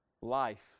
life